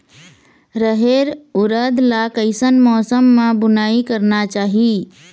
रहेर उरद ला कैसन मौसम मा बुनई करना चाही?